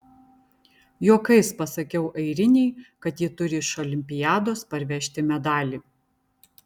juokais pasakiau airinei kad ji turi iš olimpiados parvežti medalį